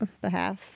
behalf